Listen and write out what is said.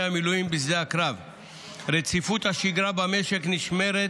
המילואים בשדה הקרב רציפות השגרה במשק נשמרת